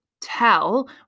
tell